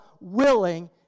willing